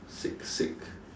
sick sick